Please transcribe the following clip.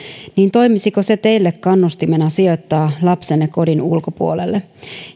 toimisiko se teille kannustimena sijoittaa lapsenne kodin ulkopuolelle